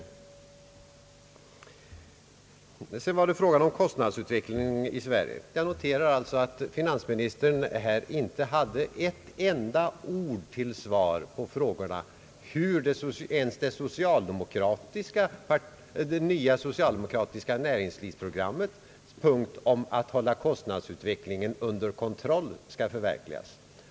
När det gäller frågan om kostnadsutvecklingen i Sverige noterar jag att finansministern inte ens hade ett enda ord till svar på frågan hur det nya socialdemokratiska näringslivsprogrammets punkt om att kostnadsutvecklingen skall hållas under kontroll skall kunna förverkligas.